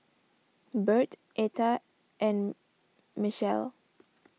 Birt Etta and Michelle